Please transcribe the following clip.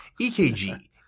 ekg